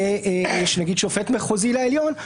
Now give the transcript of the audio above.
נגיד משופט מחוזי לעליון,